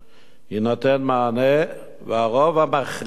יינתן מענה, והרוב המכריע,